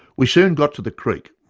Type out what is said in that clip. we soon got to the creek.